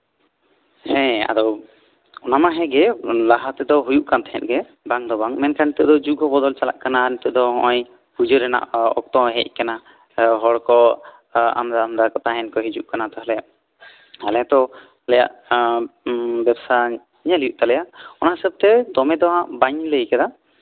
ᱦᱮᱸ ᱚᱱᱟ ᱢᱟ ᱦᱮᱸᱜᱮ ᱞᱟᱦᱟ ᱛᱮᱫᱚ ᱦᱩᱭᱩᱜ ᱠᱟᱱ ᱛᱟᱸᱦᱮᱜ ᱜᱮ ᱢᱮᱱᱠᱷᱟᱱ ᱱᱤᱛᱚᱜ ᱫᱚ ᱡᱩᱜᱽ ᱦᱚᱸ ᱵᱚᱫᱚᱞ ᱪᱟᱞᱟᱜ ᱠᱟᱱᱟ ᱱᱤᱛᱚᱜ ᱫᱚ ᱱᱚᱜᱼᱚᱭ ᱯᱩᱡᱟᱹ ᱨᱮᱱᱟᱜ ᱚᱯᱷ ᱦᱚᱸ ᱦᱮᱡ ᱠᱟᱱᱟ ᱦᱚᱲᱠᱚ ᱟᱢᱫᱟ ᱟᱢᱫᱟ ᱛᱟᱸᱦᱮᱱ ᱠᱚ ᱦᱤᱡᱩᱜ ᱠᱟᱱᱟ ᱛᱟᱦᱞᱮ ᱟᱞᱮ ᱛᱚ ᱟᱞᱮᱭᱟᱜ ᱵᱮᱵᱥᱟ ᱧᱮᱞ ᱧᱮᱞ ᱦᱩᱭᱩᱜ ᱛᱟᱞᱮᱭᱟ ᱚᱱᱟ ᱦᱤᱥᱟᱹᱵᱽ ᱛᱮ ᱫᱚᱢᱮ ᱫᱚᱦᱟᱜ ᱵᱟᱹᱧ ᱞᱟᱹᱭ ᱠᱟᱫᱟ